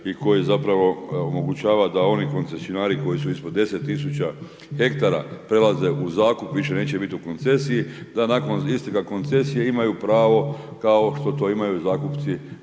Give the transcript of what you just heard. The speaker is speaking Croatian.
i koji zapravo omogućava da oni koncesionari koji su ispod 10000 hektara prelaze u zakup, više neće biti u koncesiji, da nakon isteka koncesije imaju pravo, kao što to imaju zakupci u